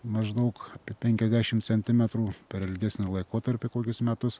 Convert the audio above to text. maždaug penkiasdešim centimetrų per ilgesnį laikotarpį kokis metus